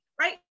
right